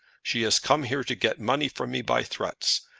she has come here to get money from me by threats,